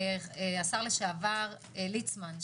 השר לשעבר ליצמן,